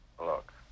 Look